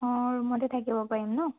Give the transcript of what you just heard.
অঁ ৰুমতে থাকিব পাৰিম ন